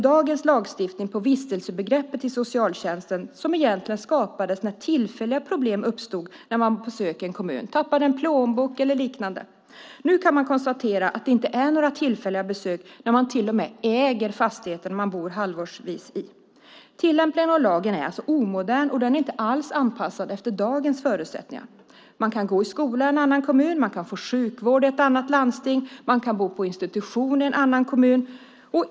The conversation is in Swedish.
Dagens lagstiftning bygger på vistelsebegreppet i socialtjänsten som egentligen skapades när tillfälliga problem uppstod när man var på besök i en kommun, tappade en plånbok eller liknande. Nu kan vi konstatera att det inte är några tillfälliga besök, när man till och med äger fastigheterna man bor halvårsvis i. Tillämpningen av lagen är alltså omodern och inte alls anpassad efter dagens förutsättningar. Man kan gå i skola i en annan kommun, man kan få sjukvård i ett annat landsting och man kan bo på institution i en annan kommun.